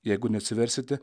jeigu neatsiversite